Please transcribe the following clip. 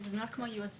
כי זה נראה כמו USB,